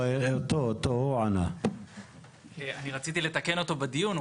אני רציתי לתקן אותו בדיון,